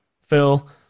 Phil